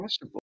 possible